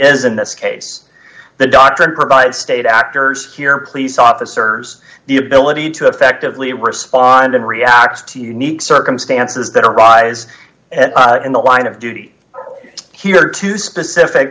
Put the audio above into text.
is in this case the doctrine provides state actors here police officers the ability to effectively respond and react to unique circumstances that arise in the line of duty here to specific